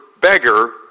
beggar